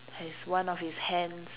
has one of his hands